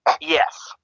Yes